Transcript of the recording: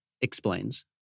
explains